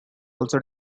also